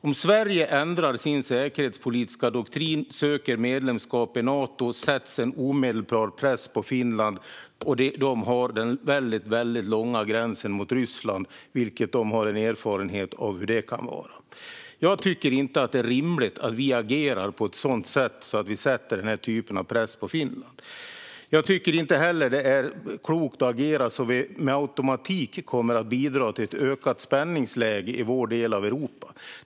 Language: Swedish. Om Sverige ändrar sin säkerhetspolitiska doktrin och söker medlemskap i Nato sätts en omedelbar press på Finland. De har också den väldigt långa gränsen mot Ryssland och erfarenhet av hur det kan vara. Jag tycker inte att det är rimligt att vi agerar på ett sådant sätt att vi sätter den typen av press på Finland. Det är inte heller klokt att agera på ett sådant sätt att vi med automatik bidrar till ett ökat spänningsläge i vår del av Europa.